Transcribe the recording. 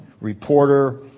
reporter